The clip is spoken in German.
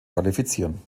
qualifizieren